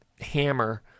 hammer